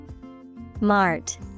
Mart